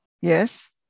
yes